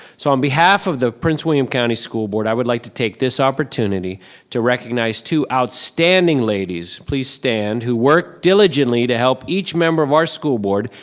so on behalf of the prince william county school board, i would like to take this opportunity to recognize two outstanding ladies, please stand, who work diligently to help each member of our school board.